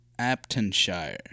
Aptonshire